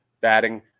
batting